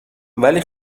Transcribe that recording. ولی